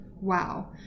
wow